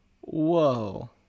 Whoa